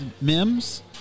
Mims